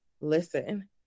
listen